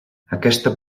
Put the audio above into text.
aquesta